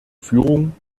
führung